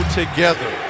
together